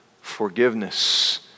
forgiveness